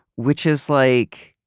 which is like,